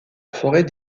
forêt